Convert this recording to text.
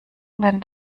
wenn